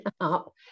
up